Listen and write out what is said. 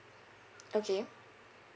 okay